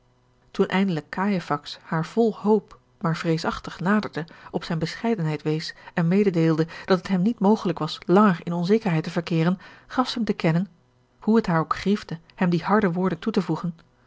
toen eindelijk cajefax haar vol ho op maar vreesachtig naderde op zijne bescheidenheid wees en mededeelde dat het hem niet mogelijk was langer in onzekerheid te verkeeren gaf zij hem te kennen hoe het haar ook griefde hem die harde woorden toe te voegen